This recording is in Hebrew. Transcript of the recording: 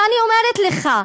ואני אומרת לך,